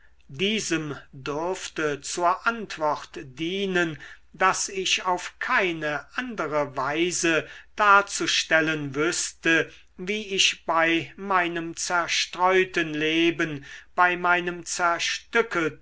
diesem dürfte zur antwort dienen daß ich auf keine andere weise darzustellen wüßte wie ich bei meinem zerstreuten leben bei meinem zerstückelten